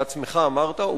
בעצמך אמרת,